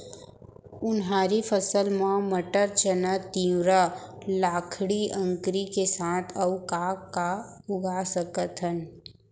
उनहारी फसल मा मटर, चना, तिंवरा, लाखड़ी, अंकरी के साथ अऊ का का उगा सकथन?